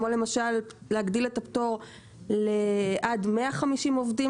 כמו להגדיל את הפטור עד ל-150 עובדים